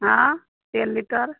हँ तेल लीटर